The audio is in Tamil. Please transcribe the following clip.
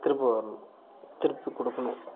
திரும்ப வர்ணும் திருப்பி கொடுக்குணும்